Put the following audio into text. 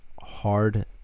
hard